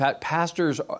pastors